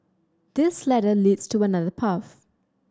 this ladder leads to another path